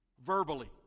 verbally